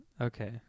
Okay